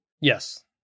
Yes